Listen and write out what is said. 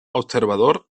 observador